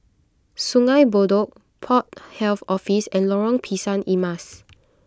Sungei Bedok Port Health Office and Lorong Pisang Emas